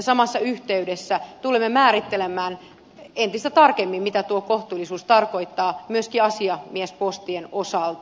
samassa yhteydessä tulemme määrittelemään entistä tarkemmin mitä tuo kohtuullisuus tarkoittaa myöskin asiamiespostien osalta